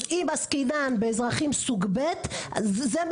אז אם עסקינן באזרחים סוג ב', אז זה מתחיל,